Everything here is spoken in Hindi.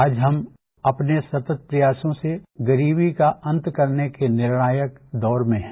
आज हम अपने सतत प्रयासों से गरीबी का अंत करने के निर्णायक दौर में हैं